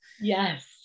Yes